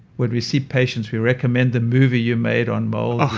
when we see patients we recommend the movie you made on mold oh,